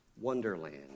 Wonderland